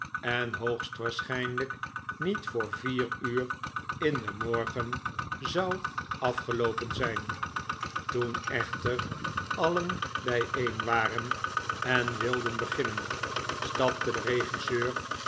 en hoogstwaarschh'nlu'k niet voor vier uur in den morgen zou afgeloopen zijn toen echter alien bijeen waren en wilden beginnen stapte de regisseur